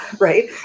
Right